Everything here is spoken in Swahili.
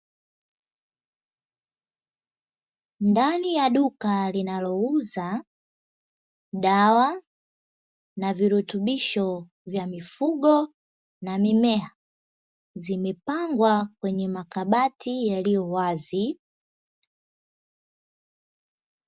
Ndani ya duka linalouza dawa na virutubisho vya mifugo na mimea vimepangwa kwenye makabati yaliyo wazi.